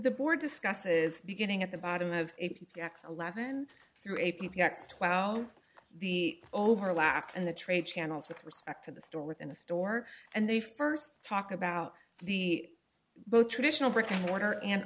the board discusses beginning at the bottom of eleven through a p x twelve the over lack and the trade channels with respect to the store within a store and they st talk about the both traditional brick and mortar an